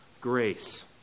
grace